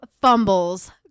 fumbles